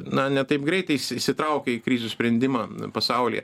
na ne taip greitai įsi įsitraukia į krizių sprendimą pasaulyje